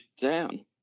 down